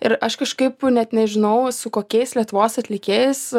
ir aš kažkaip net nežinau su kokiais lietuvos atlikėjais